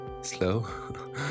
slow